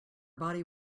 body